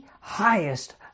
highest